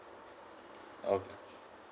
okay